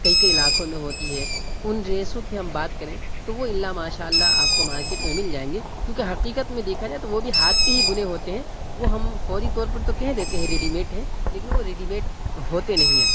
کئی کئی لاکھوں میں ہوتی ہے ان ڈریسوں کی ہم بات کریں تو وہ الا ماشاء اللہ آپ کو مارکیٹ میں مل جائیں گے کیوںکہ حقیقت میں دیکھا جائے تو وہ بھی ہاتھ کے ہی بنے ہوتے ہیں وہ ہم فوری طور پر تو کہہ دیتے ہیں ریڈی میڈ ہے لیکن وہ ریڈی میڈ ہوتے نہیں ہیں